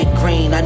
green